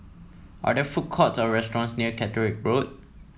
are there food court or restaurants near Catterick Road